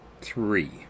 three